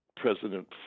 President